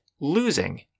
losing